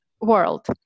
world